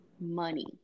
money